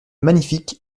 magnifique